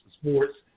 sports